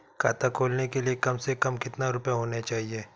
खाता खोलने के लिए कम से कम कितना रूपए होने चाहिए?